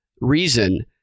reason